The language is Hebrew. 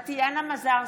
טטיאנה מזרסקי,